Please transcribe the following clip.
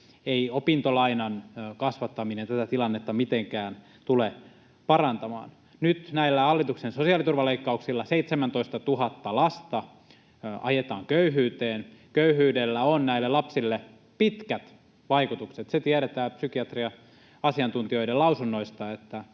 Ei opintolainan kasvattaminen tätä tilannetta mitenkään tule parantamaan. Nyt näillä hallituksen sosiaaliturvaleikkauksilla 17 000 lasta ajetaan köyhyyteen. Köyhyydellä on näille lapsille pitkät vaikutukset. Se tiedetään psykiatria-asiantuntijoiden lausunnoista,